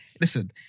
Listen